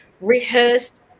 rehearsed